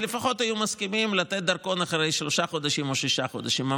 אז לפחות היו מסכימים לתת דרכון אחרי שלושה חודשים או שישה חודשים.